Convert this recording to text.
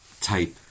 type